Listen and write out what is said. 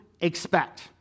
expect